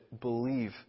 believe